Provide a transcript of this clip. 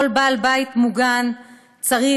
כל בעל בית מוגן צריך